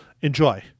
Enjoy